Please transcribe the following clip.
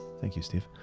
thank you, steve.